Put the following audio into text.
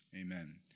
Amen